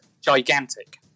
gigantic